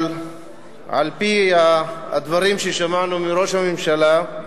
אבל על-פי הדברים ששמענו מראש הממשלה,